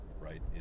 right